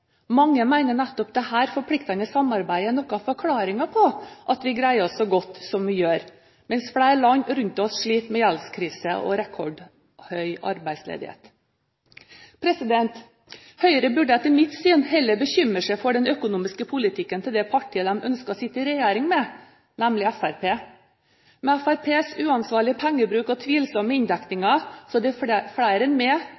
Mange mener dette forpliktende samarbeidet er noe av forklaringen på at vi greier oss så godt som vi gjør, mens flere land rundt oss sliter med gjeldskrise og rekordhøy arbeidsledighet. Høyre burde etter mitt syn heller bekymre seg for den økonomiske politikken til det partiet de ønsker å sitte i regjering med, nemlig Fremskrittspartiets. Med Fremskrittspartiets uansvarlige pengebruk og tvilsomme